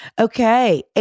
Okay